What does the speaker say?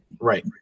right